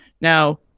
Now